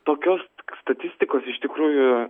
tokios statistikos iš tikrųjų